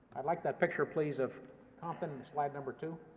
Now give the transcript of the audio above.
i'd like that picture, please, of compton in slide number two.